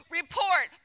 report